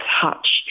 touch